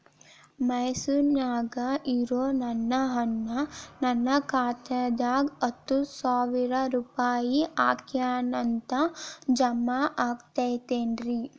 ಮೈಸೂರ್ ನ್ಯಾಗ್ ಇರೋ ನನ್ನ ಅಣ್ಣ ನನ್ನ ಖಾತೆದಾಗ್ ಹತ್ತು ಸಾವಿರ ರೂಪಾಯಿ ಹಾಕ್ಯಾನ್ ಅಂತ, ಜಮಾ ಆಗೈತೇನ್ರೇ?